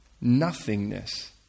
nothingness